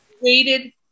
waited